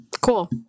Cool